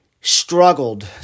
struggled